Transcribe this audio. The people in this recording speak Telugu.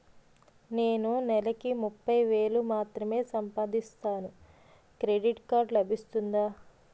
నేను నెల కి ముప్పై వేలు మాత్రమే సంపాదిస్తాను క్రెడిట్ కార్డ్ లభిస్తుందా?